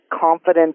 confident